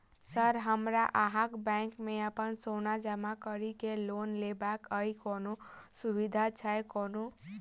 Sir हमरा अहाँक bank मे अप्पन सोना जमा करि केँ लोन लेबाक अई कोनो सुविधा छैय कोनो?